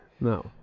No